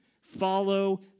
Follow